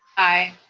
aye.